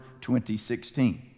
2016